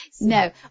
No